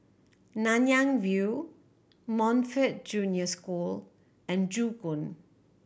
Nanyang View Montfort Junior School and Joo Koon